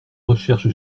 recherche